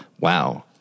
Wow